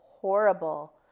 horrible